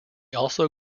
also